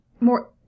more